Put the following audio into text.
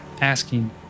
asking